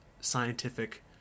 scientific